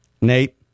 Nate